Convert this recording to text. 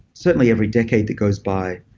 certainly every decade that goes by,